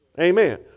Amen